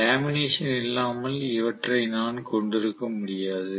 lamination இல்லாமல் இவற்றை நான் கொண்டிருக்க முடியாது